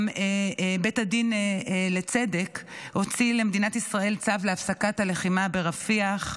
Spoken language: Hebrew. גם בית הדין לצדק הוציא למדינת ישראל צו להפסקת הלחימה ברפיח,